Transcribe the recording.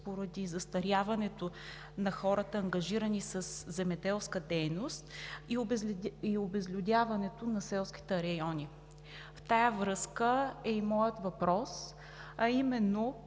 поради застаряването на хората, ангажирани със земеделска дейност, и обезлюдяването на селските райони. В тази връзка е и моят въпрос, а именно: